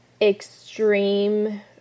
extreme